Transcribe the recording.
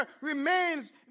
remains